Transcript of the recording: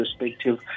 respective